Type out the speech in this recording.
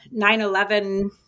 9-11